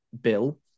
Bill